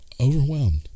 overwhelmed